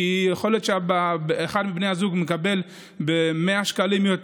ויכול להיות שאחד מבני הזוג מקבל 100 שקלים יותר